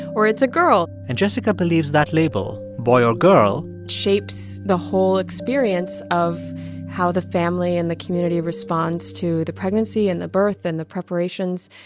or it's a girl and jessica believes that label boy or girl. shapes the whole experience of how the family and the community responds to the pregnancy, and the birth and the preparations.